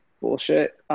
bullshit